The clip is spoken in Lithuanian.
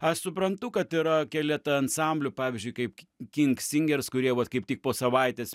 aš suprantu kad yra keletą ansamblių pavyzdžiui kaip king singers kurie vat kaip tik po savaitės